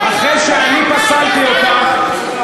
אחרי שאני פסלתי אותך,